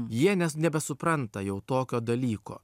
jie ne nebesupranta jau tokio dalyko